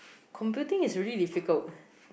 computing is really difficult